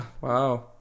Wow